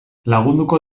lagunduko